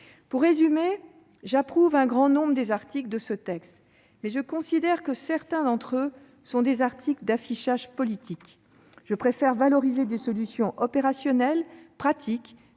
Pour résumer, j'approuve un grand nombre des articles du texte, mais je considère que certains d'entre eux relèvent de l'affichage politique. Je préfère valoriser des solutions opérationnelles, pratiques,